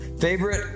favorite